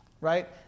right